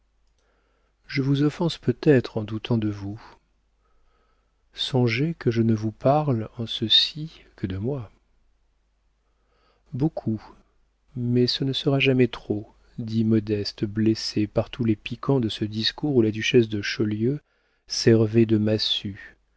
je vous offense peut-être en doutant de vous songez que je ne vous parle en ceci que de moi beaucoup mais ce ne sera jamais trop dit modeste blessée par tous les piquants de ce discours où la duchesse de chaulieu servait de massue